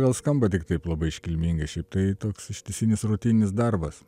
gal skamba tik taip labai iškilmingai šiaip tai toks ištisinis rutininis darbas